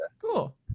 cool